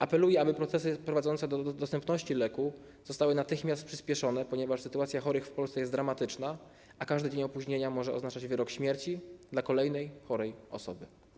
Apeluję, aby procesy prowadzące do udostępnienia leków zostały natychmiast przyspieszone, ponieważ sytuacja chorych w Polsce jest dramatyczna, a każdy dzień opóźnienia może oznaczać wyrok śmierci dla kolejnej chorej osoby.